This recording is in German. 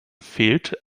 fehlt